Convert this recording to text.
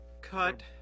Cut